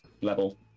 level